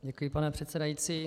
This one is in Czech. Děkuji, pane předsedající.